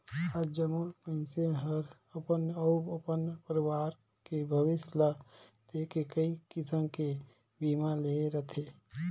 आज जम्मो मइनसे हर अपन अउ अपन परवार के भविस्य ल देख के कइ किसम के बीमा लेहे रथें